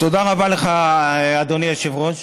תודה רבה לך, אדוני היושב-ראש.